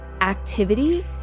activity